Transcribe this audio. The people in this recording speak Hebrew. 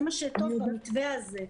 זה מה שטוב במתווה הזה.